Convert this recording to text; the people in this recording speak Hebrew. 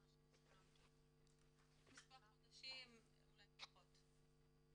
מספר חודשים, אולי פחות.